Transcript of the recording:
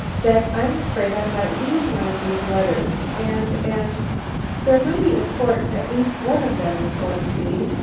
that i i'm afraid i might lose one of these letters, and and they're mighty important at least, one of them is going to be.